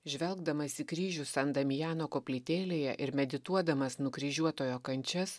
žvelgdamas į kryžių sandamjano koplytėlėje ir medituodamas nukryžiuotojo kančias